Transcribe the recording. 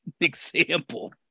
example